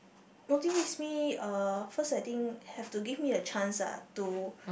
motivates me uh first I think have to give me a chance lah to